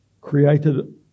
created